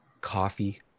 coffee